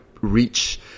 reach